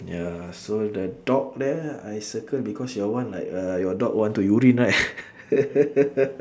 ya so the top there I circle because your one like uh your dog want to urine right